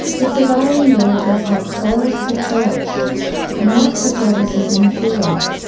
the surviving villagers had closed the church and met for services in a field,